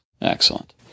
Excellent